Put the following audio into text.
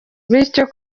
bityo